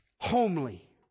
Homely